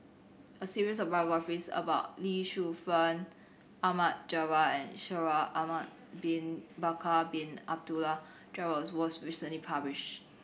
a series of biographies about Lee Shu Fen Ahmad Jaafar and Shaikh Ahmad Bin Bakar Bin Abdullah Jabbar was recently publish